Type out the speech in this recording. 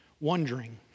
wondering